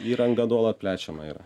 įranga nuolat plečiama yra